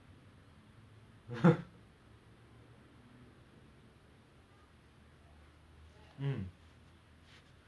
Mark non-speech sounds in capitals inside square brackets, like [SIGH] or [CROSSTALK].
[LAUGHS] that's why then err oh there's one of my friend he's a badminton player you guess his height you guess his height